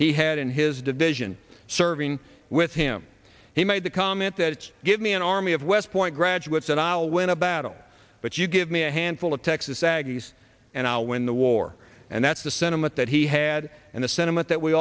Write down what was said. he had in his division serving with him he made the comment that it's give me an army of west point graduates and i'll win a battle but you give me a handful of texas aggies and i'll win the war and that's the sentiment that he had and the sentiment that we